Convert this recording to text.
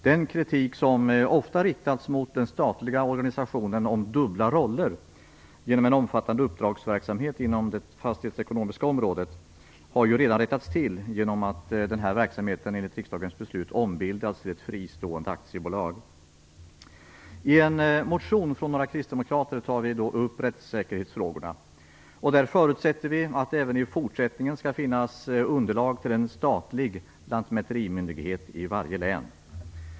Den kritik som ofta riktats mot den statliga organisationen om dubbla roller genom en omfattande uppdragsverksamhet inom det fastighetsekonomiska området har redan beaktats genom att den här verksamheten enligt riksdagens beslut ombildats och överförts till ett fristående aktiebolag. I en motion från några kristdemokrater tas rättssäkerhetsfrågorna upp. Vi förutsätter att det även i fortsättningen skall finnas underlag till en statlig lantmäterimyndighet i varje län.